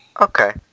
Okay